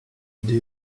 due